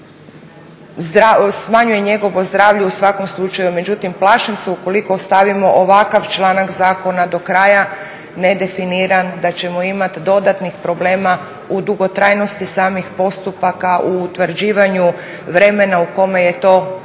smanjuje njegovo zdravlje u svakom slučaju. Međutim plašim se ukoliko ostavimo ovakav članak zakona do kraja nedefiniran da ćemo imat dodatnih problema u dugotrajnosti samih postupaka, u utvrđivanju vremena u kome je to psihičko